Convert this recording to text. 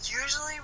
Usually